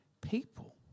people